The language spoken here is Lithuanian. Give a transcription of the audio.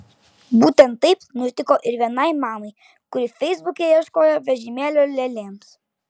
būtent taip nutiko ir vienai mamai kuri feisbuke ieškojo vežimėlio lėlėms